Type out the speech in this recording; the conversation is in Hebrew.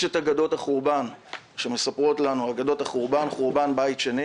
יש אגדות חורבן בית שני